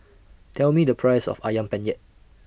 Tell Me The Price of Ayam Penyet